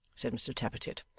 said mr tappertit.